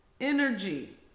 energy